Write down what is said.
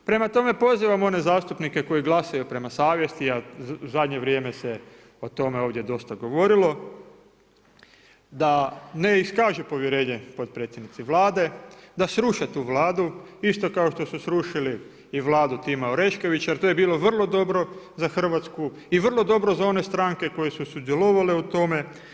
Prema tome, pozivam one zastupnike koji glasaju prema savjesti a u zadnje vrijeme se o tome ovdje dosta govorilo da ne iskaže povjerenje potpredsjednici Vlade, da sruše tu Vladu isto kao što su srušili i Vladu Tima Oreškovića jer to je bilo vrlo dobro za Hrvatsku i vrlo dobro za one stranke koje su sudjelovale u tome.